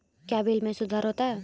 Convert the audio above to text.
क्या बिल मे सुधार होता हैं?